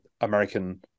American